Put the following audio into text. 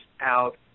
out